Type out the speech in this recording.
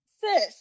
sis